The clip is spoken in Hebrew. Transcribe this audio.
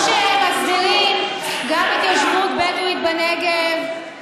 כמו שהם מסדירים גם התיישבות בדואית בנגב,